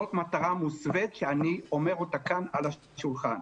זאת מטרה מוסווית שאני אומר אותה כאן על השולחן.